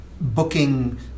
booking